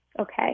Okay